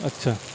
अच्छा